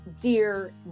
dear